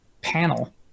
panel